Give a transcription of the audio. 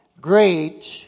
great